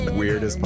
weirdest